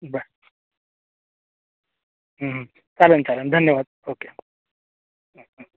बर हं हं चालंन चालंन धन्यवाद ओक्के हं हं